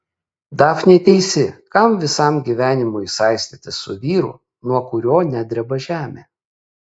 dafnė teisi kam visam gyvenimui saistytis su vyru nuo kurio nedreba žemė